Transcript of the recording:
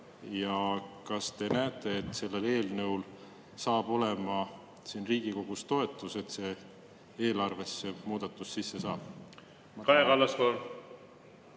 Ja kas te näete, et sellel eelnõul saab olema siin Riigikogus toetus, nii et eelarvesse saab see muudatus sisse?